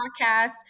podcast